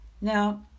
Now